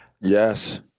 Yes